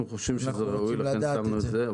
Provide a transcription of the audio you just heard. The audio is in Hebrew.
אנחנו חושבים שזה ראוי, לכן שמנו את זה.